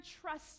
trust